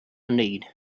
need